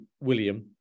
William